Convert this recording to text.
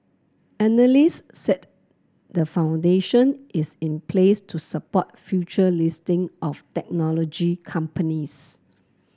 analyst said the foundation is in place to support future listing of technology companies